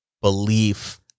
belief